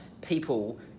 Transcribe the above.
people